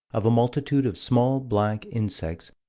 of a multitude of small, black insects,